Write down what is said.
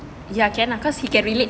ya can lah cause he can relate